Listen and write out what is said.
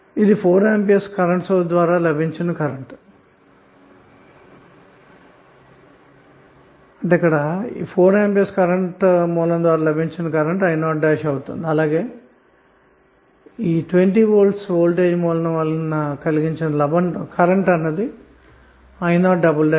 i0 అన్నది 4 A current సోర్స్ద్వారా లభించే కరెంటు అలాగే 20V వోల్టేజ్ సోర్స్ వలన కలిగే కరెంటు i0 అన్నమాట